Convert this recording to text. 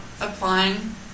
applying